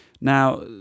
Now